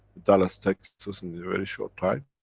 dallas, texas in a very short time.